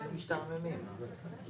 מי בעד הנושא החדש?